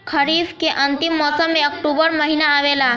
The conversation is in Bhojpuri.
खरीफ़ के अंतिम मौसम में अक्टूबर महीना आवेला?